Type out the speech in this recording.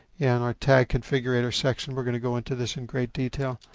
yeah in our tag configurator section we are going to go into this in great detail,